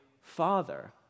Father